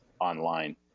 online